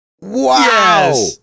Wow